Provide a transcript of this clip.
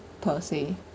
per se